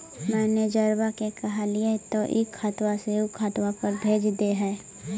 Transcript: मैनेजरवा के कहलिऐ तौ ई खतवा से ऊ खातवा पर भेज देहै?